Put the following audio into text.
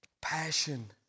Passion